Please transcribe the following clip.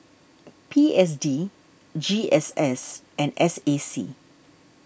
P S D G S S and S A C